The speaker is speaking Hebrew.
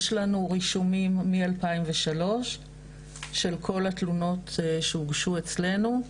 יש לנו רישומים מ-2003 של כל התלונות שהוגשו אצלנו.